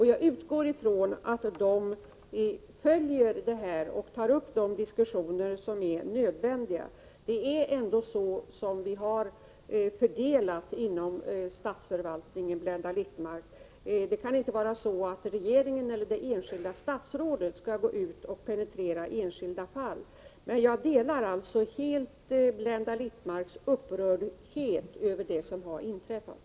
Jag utgår från att socialstyrelsen följer det här och tar upp de diskussioner som är nödvändiga. Det är ändå så vi har fördelat ansvaret inom statsförvaltningen, Blenda Littmarck. Regeringen eller det enskilda statsrådet kan inte gå ut och penetrera enskilda fall. Men jag delar alltså helt Blenda Littmarcks upprördhet över det som har inträffat.